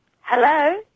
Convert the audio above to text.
Hello